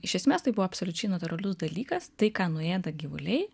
iš esmės tai buvo absoliučiai natūralus dalykas tai ką nuėda gyvuliai